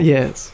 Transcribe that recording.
Yes